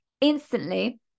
instantly